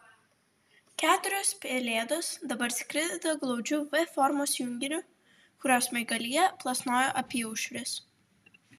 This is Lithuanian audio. keturios pelėdos dabar skrido glaudžiu v formos junginiu kurio smaigalyje plasnojo apyaušris